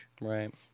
Right